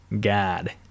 god